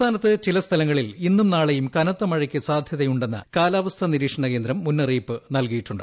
സംസ്ഥാനത്ത് ചില സ്ഥലങ്ങളിൽ ഇന്നും നാളെയും കനത്ത മഴയ്ക്ക് സാധ്യതയുണ്ടെന്ന് കാലാവസ്ഥാ നിരീക്ഷണകേന്ദ്രം മുന്നറിയിപ്പ് നല്കിയിട്ടുണ്ട്